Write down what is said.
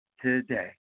today